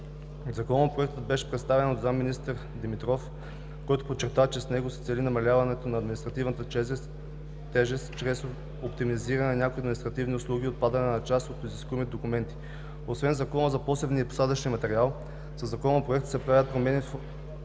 Законопроектът беше представен от заместник-министъра Димитров, който подчерта, че с него се цели намаляване на административната тежест чрез оптимизиране на някои административни услуги и отпадане на част от изискуемите документи. Освен в Закона за посевния и посадъчния материал със Законопроекта се правят промени в